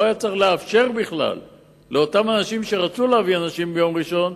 לא היה צריך לאפשר בכלל לאותם אנשים שרצו להביא אנשים ביום ראשון,